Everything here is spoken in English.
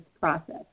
process